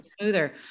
smoother